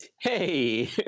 Hey